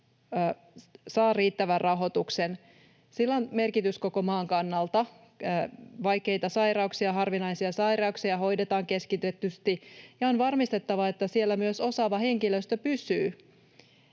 saa riittävän rahoituksen. Sillä on merkitystä koko maan kannalta. Vaikeita sairauksia, harvinaisia sairauksia hoidetaan keskitetysti, ja on varmistettava, että siellä osaava henkilöstö myös